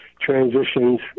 transitions